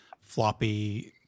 floppy